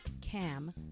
Cam